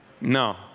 No